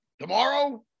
tomorrow